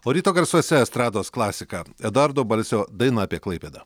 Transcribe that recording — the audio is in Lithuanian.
o ryto garsuose estrados klasika eduardo balsio daina apie klaipėdą